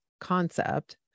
concept